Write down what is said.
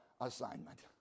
assignment